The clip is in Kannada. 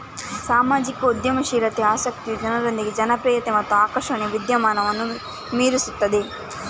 ಸಾಮಾಜಿಕ ಉದ್ಯಮಶೀಲತೆಯ ಆಸಕ್ತಿಯು ಜನರೊಂದಿಗೆ ಜನಪ್ರಿಯತೆ ಮತ್ತು ಆಕರ್ಷಣೆಯ ವಿದ್ಯಮಾನವನ್ನು ಮೀರಿಸುತ್ತದೆ